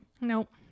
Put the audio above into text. Nope